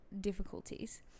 difficulties